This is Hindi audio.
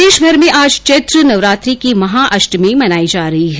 प्रदेशभर में आज चैत्र नवरात्रि की महाअष्टमी मनाई जा रही है